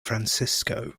francisco